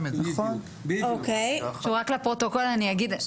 רק לפרוטוקול אני אגיד,